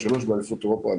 3 באליפות אירופה,